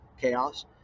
chaos